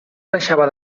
deixava